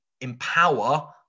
empower